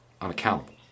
unaccountable